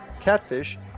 catfish